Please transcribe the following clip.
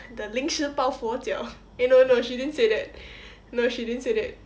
the 临时抱佛脚 eh no no no she didn't say that no she didn't say that